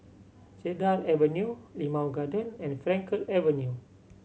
Cedar Avenue Limau Garden and Frankel Avenue